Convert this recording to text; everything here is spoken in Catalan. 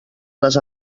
les